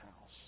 house